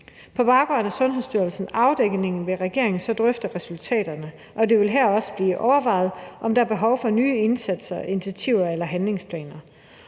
På baggrund af Sundhedsstyrelsens afdækning vil regeringen så drøfte resultaterne, og det vil også blive overvejet, om der er behov for nye indsatser, initiativer eller handlingsplaner.